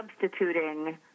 substituting